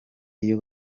iyo